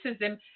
racism